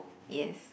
yes